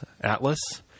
Atlas